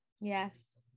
Yes